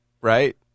right